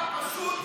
פשוט שקרי.